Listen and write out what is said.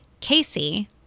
Casey